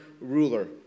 ruler